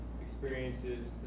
experiences